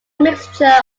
mixture